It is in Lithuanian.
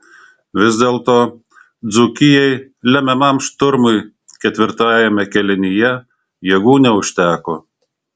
vis dėlto dzūkijai lemiamam šturmui ketvirtajame kėlinyje jėgų neužteko